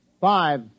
five